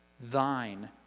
thine